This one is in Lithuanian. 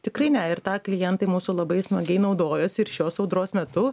tikrai ne ir tą klientai mūsų labai smagiai naudojosi ir šios audros metu